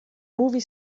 movie